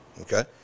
Okay